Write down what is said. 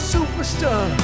Superstar